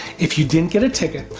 if you didn't get a ticket,